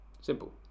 Simple